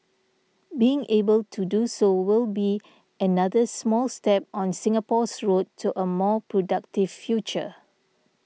being able to do so will be another small step on Singapore's road to a more productive future